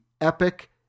Epic